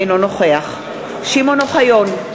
אינו נוכח שמעון אוחיון,